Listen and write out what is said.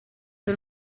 sul